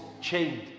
chained